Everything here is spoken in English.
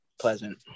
pleasant